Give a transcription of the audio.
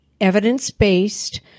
evidence-based